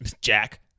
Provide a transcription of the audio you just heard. jack